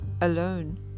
alone